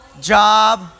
job